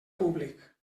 públic